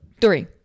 three